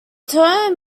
term